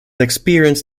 experienced